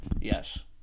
Yes